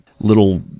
little